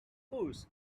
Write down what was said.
course